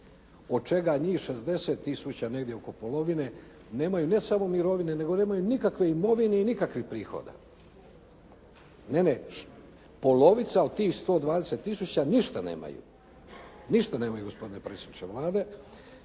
od čega njih 60000 negdje oko polovine nemaju ne samo mirovine, nego nemaju nikakve imovine i nikakvih prihoda. Ne, ne, polovica od tih 120000 ništa nemaju, ništa nemaju gospodine predsjedniče Vlade.